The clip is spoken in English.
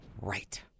Right